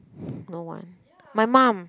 no one my mum